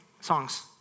songs